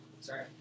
Sorry